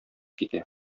китә